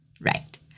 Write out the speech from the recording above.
Right